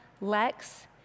Lex